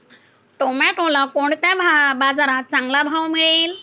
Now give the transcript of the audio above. टोमॅटोला कोणत्या बाजारात चांगला भाव मिळेल?